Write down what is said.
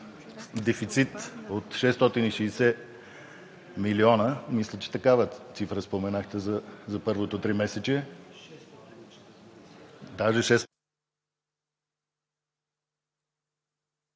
дефицит от 660 милиона, мисля, че такава цифра споменахте за първото тримесечие,